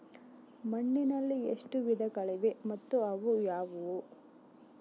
ಮಣ್ಣಿನಲ್ಲಿ ಎಷ್ಟು ವಿಧಗಳಿವೆ ಮತ್ತು ಅವು ಯಾವುವು?